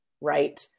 right